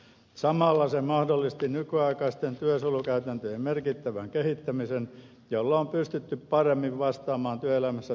samalla se mahdollisti nykyaikaisten työsuojelukäytäntöjen merkittävän kehittämisen jolla on pystytty paremmin vastaamaan työelämässä tapahtuneisiin muutoksiin